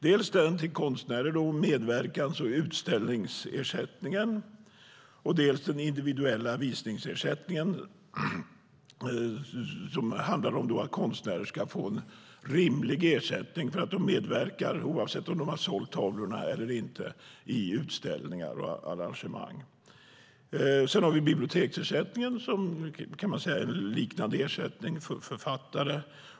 Det är dels medverkans och utställningsersättningen, dels den individuella visningsersättningen, som handlar om att konstnärer ska få en rimlig ersättning för att de medverkar, oavsett om de har sålt tavlorna eller inte, i utställningar och arrangemang. Sedan har vi biblioteksersättningen, som man kan säga är en liknande ersättning för författare.